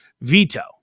veto